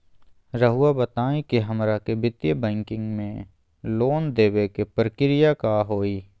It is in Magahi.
रहुआ बताएं कि हमरा के वित्तीय बैंकिंग में लोन दे बे के प्रक्रिया का होई?